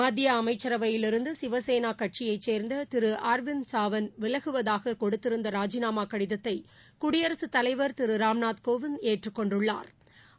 மத்தியஅமைச்சரவையிலிருந்துசிவசேனாகட்சியைச் சேர்ந்ததிருஅரவிந்த் சாவந்த் விலகுவதாககொடுத்திருந்தராஜிநாமாகடிதத்தைகுடியரகத் தலைவா் திருராம்நாத் கோவிந்த் ஏற்றுக் கொண்டுள்ளாா்